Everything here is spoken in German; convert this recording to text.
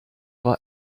war